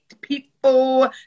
people